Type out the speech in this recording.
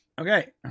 Okay